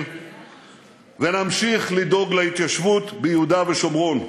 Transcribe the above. ונמשיך לדאוג להתיישבות ביהודה ושומרון.